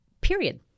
period